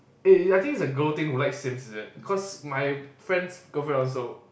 eh I think it's a girl thing to like Sims is it cause my friend's girlfriend also